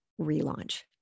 relaunch